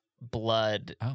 blood